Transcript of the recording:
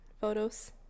photos